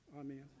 Amen